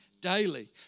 daily